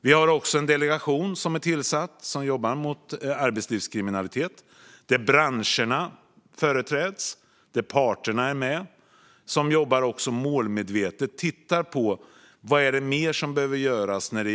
Vi har också en tillsatt delegation som jobbar mot arbetslivskriminalitet där branscherna företräds och parterna är med. Den jobbar också målmedvetet och tittar på: Vad är det mer som behöver göras?